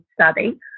study